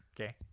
Okay